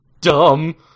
dumb